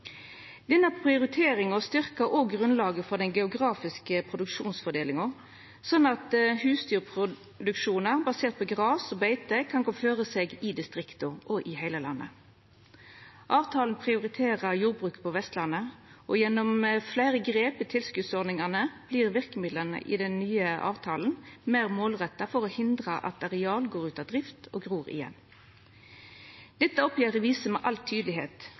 Denne prioriteringa styrkjer òg grunnlaget for den geografiske produksjonsfordelinga, sånn at ein kan ha husdyrproduksjon basert på gras og beite i distrikta og i heile landet. Avtalen prioriterer jordbruk på Vestlandet, og gjennom fleire grep i tilskotsordningane vert verkemidla i den nye avtalen meir målretta, for å hindra at areal går ut av drift og gror igjen. Dette oppgjeret viser med all tydelegheit